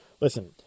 listen